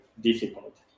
difficult